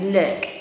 look